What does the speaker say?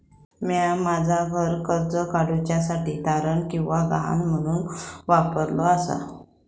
म्या माझा घर कर्ज काडुच्या साठी तारण किंवा गहाण म्हणून वापरलो आसा